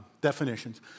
definitions